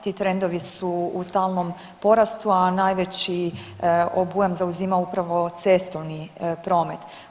Ti trendovi su u stalnom porastu, a najveći obujam zauzima upravo cestovni promet.